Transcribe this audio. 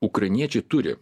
ukrainiečiai turi